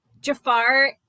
Jafar